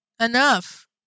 enough